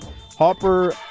Hopper